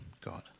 God